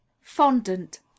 Fondant